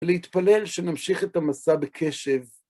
להתפלל שנמשיך את המסע בקשב.